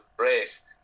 race